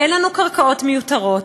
אין לנו קרקעות מיותרות,